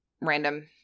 random